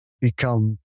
become